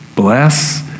Bless